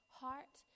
heart